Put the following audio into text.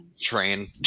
train